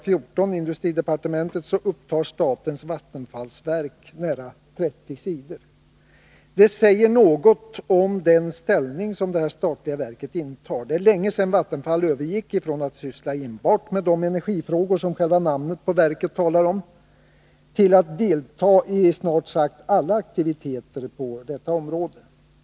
14, industridepartementet, upptar behandlingen av statens vattenfallsverk nära 30 sidor. Det säger något om den ställning som detta statliga verk intar. Det är länge sedan Vattenfall övergick från att syssla enbart med de energifrågor, som själva namnet på verket antyder, till att delta i snart sagt alla aktiviteter på detta område.